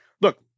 look